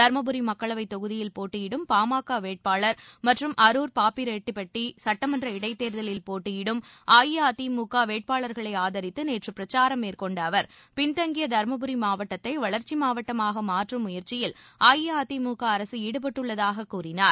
தருமபுரி மக்களவைத் தொகுதியில் போட்டியிடும் பாடம் க வேட்பாளர் மற்றும் அருர் பாப்பிரெட்டிபட்டி சட்டமன்ற இடைத்தேர்தலில் போட்டியிடும் அஇஅதிமுக வேட்பாளர்களை ஆதரித்து நேற்று பிரச்சாரம் மேற்கொண்ட அவர் பின்தங்கிய தருமபுரி மாவட்டத்தை வளர்ச்சி மாவட்டமாக மாற்றம் முயற்சியில் அஇஅதிமுக அரசு ஈடுபட்டுள்ளதாகக் கூறினார்